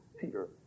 Peter